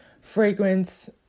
fragrance